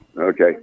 Okay